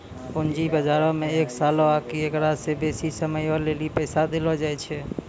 पूंजी बजारो मे एक सालो आकि एकरा से बेसी समयो लेली पैसा देलो जाय छै